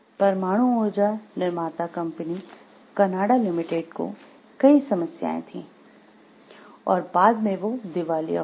परमाणु ऊर्जा निर्माता कंपनी कनाडा लिमिटेड को कई समस्याएं थीं और बाद में वो दिवालिया हो गई